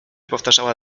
powtarzała